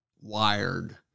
wired